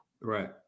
Right